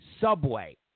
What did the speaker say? Subway